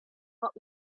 what